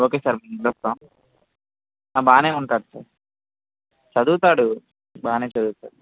okay sir వెళ్ళొస్తాము బాగానే ఉంటాడు సార్ చదువుతాడు బాగానే చదువుతాడు